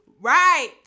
Right